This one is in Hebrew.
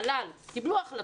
המל"ל וקיבלו החלטות.